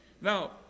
Now